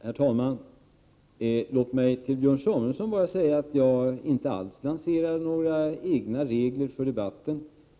Herr talman! Låt mig till Björn Samuelson bara säga att jag inte alls lanserar några egna regler för debatten.